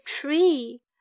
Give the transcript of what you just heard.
tree